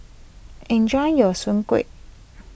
enjoy your Soon Kueh